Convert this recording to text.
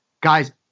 Guys